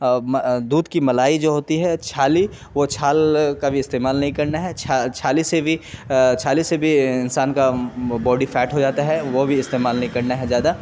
دودھ کی ملائی جو ہوتی ہے چھالی وہ چھال کا بھی استعمال نہیں کرنا ہے چھالی سے بھی چھالی سے بھی انسان کا باڈی فیٹ ہو جاتا ہے وہ بھی استعمال نہیں کرنا ہے زیادہ